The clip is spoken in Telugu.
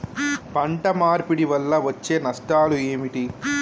పంట మార్పిడి వల్ల వచ్చే నష్టాలు ఏమిటి?